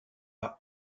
par